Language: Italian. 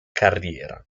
carriera